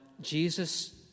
Jesus